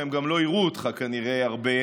והם גם לא יראו אותך כנראה הרבה